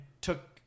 took